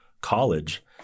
college